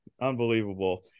Unbelievable